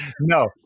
No